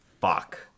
fuck